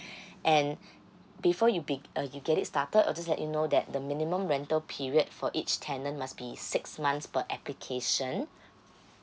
and before you beg~ uh you get it started I'll just let you know that the minimum rental period for each tenant must be six months per application